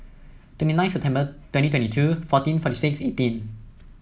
twenty nine September twenty twenty two fourteen forty six eighteen